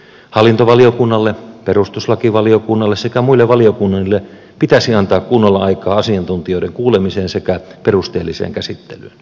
hallintovaliokunnalle perustuslakivaliokunnalle sekä muille valiokunnille pitäisi antaa kunnolla aikaa asiantuntijoiden kuulemiseen sekä perusteelliseen käsittelyyn